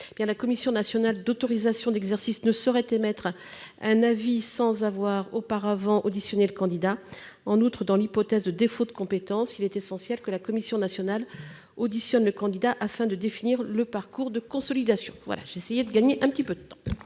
la commission nationale d'autorisation d'exercice ne saurait émettre un avis sans avoir auparavant auditionné le candidat. En outre, dans l'hypothèse d'un défaut de compétence, il est essentiel que cette commission auditionne le candidat afin de définir le parcours de consolidation. Quel est l'avis de la commission ? La